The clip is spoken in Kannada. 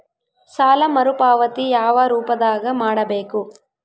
ಸಾಲ ಮರುಪಾವತಿ ಯಾವ ರೂಪದಾಗ ಮಾಡಬೇಕು?